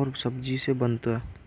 और सब्जी से बनता है।